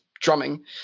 drumming